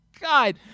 God